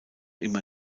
immer